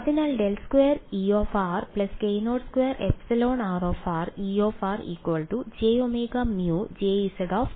അതിനാൽ ∇2E k02εrE jωμJz